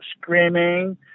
screaming